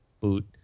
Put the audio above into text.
boot